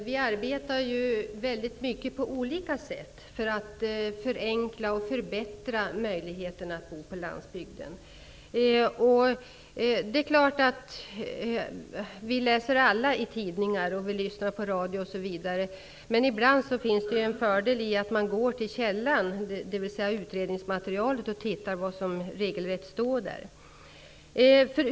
Herr talman! Regeringen arbetar på många olika sätt för att förenkla och förbättra möjligheterna att bo på landsbygden. Vi läser alla i tidningar, lyssnar på radio, osv. Ibland finns det en fördel i att gå till källan, dvs. utredningsmaterialet, och se vad som uttryckligen står där.